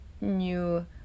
new